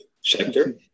sector